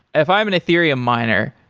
if i'm an ethereum miner,